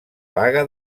baga